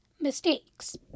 mistakes